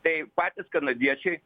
tai patys kanadiečiai